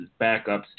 backups